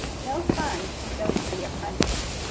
no funds can go to the apprentice.